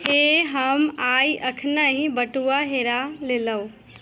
हे हम आइ एखनहि बटुआ हेरा लेलहुँ